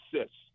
assists